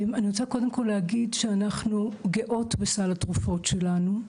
אני רוצה קודם כל להגיד שאנחנו גאות בסל התרופות שלנו,